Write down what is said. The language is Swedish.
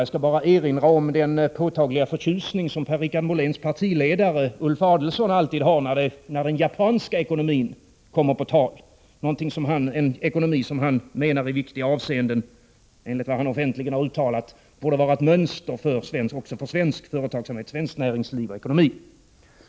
Jag skall bara erinra om den påtagliga förtjusning som Per-Richard Moléns partiledare, Ulf Adelsohn, alltid visar när den japanska ekonomin kommer på tal, en ekonomi som han menar i viktiga avseenden — enligt vad han offentligen har uttalat — borde vara ett mönster också för svensk företagsamhet, för svenskt näringsliv och för svensk ekonomi.